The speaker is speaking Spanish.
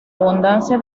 abundancia